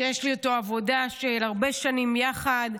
שיש לי איתו עבודה של הרבה שנים יחד.